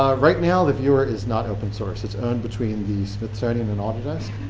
um right now the viewer is not open source. it's done between the smithsonian and all